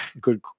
good